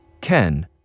Ken